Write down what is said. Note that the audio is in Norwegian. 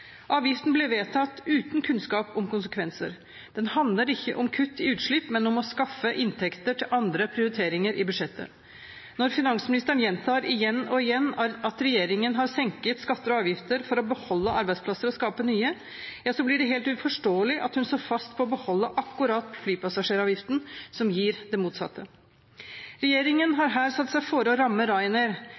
Avgiften ble vedtatt uten kunnskap om konsekvenser. Den handler ikke om kutt i utslipp, men om å skaffe inntekter til andre prioriteringer i budsjettet. Når finansministeren gjentar igjen og igjen at regjeringen har senket skatter og avgifter for å beholde arbeidsplasser og skape nye, blir det helt uforståelig at hun står fast på å beholde akkurat flypassasjeravgiften, som gir det motsatte. Regjeringen har her satt seg fore å ramme